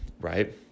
right